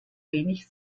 wenig